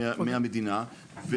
מהמדינה,